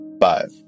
Five